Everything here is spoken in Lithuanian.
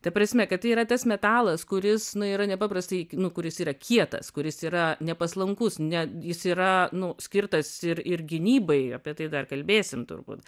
ta prasme kad tai yra tas metalas kuris nu yra nepaprastai nu kuris yra kietas kuris yra nepaslankus ne jis yra nu skirtas ir ir gynybai apie tai dar kalbėsim turbūt